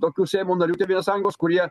tokių seimo narių tėvynės sąjungos kurie